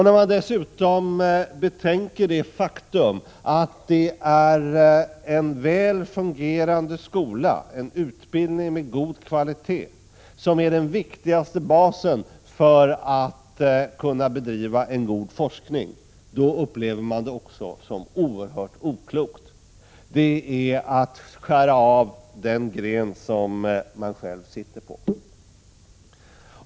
När man dessutom betänker det faktum att det är en väl fungerande skola, en utbildning med god kvalitet, som är den viktigaste Prot. 1986/87:131 basen för att en god forskning skall kunna bedrivas, då upplever man det 26 maj 1987 också som oerhört oklokt. Det innebär att man skär av den gren som man själv sitter på.